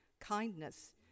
kindness